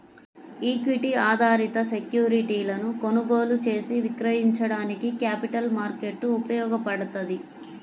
equity ఆధారిత సెక్యూరిటీలను కొనుగోలు చేసి విక్రయించడానికి క్యాపిటల్ మార్కెట్ ఉపయోగపడ్తది